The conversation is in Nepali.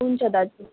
हुन्छ दाजु